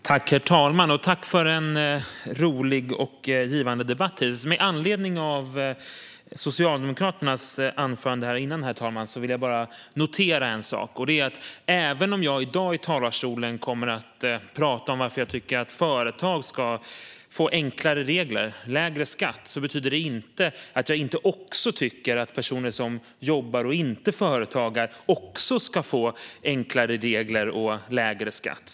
Herr talman! Jag tackar för en rolig och givande debatt. Låt mig först säga en sak med anledning av Socialdemokraternas anförande. Även om jag i dag kommer att tala om varför jag tycker att företag ska få enklare regler och lägre skatt betyder det inte att jag inte tycker att personer som jobbar och inte är företagare också ska få enklare regler och lägre skatt.